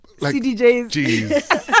CDJs